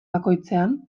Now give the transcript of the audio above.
bakoitzean